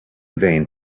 vain